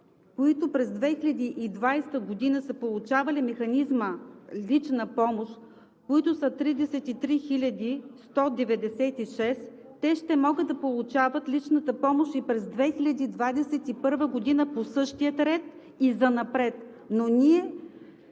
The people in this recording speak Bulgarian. които през 2020 г. са получавали механизма „лична помощ“, които са 33 196 души, те ще могат да получават личната помощ и през 2021 г. по същия ред и занапред.